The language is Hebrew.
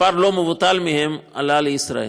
מספר לא מבוטל מהם עלה לישראל,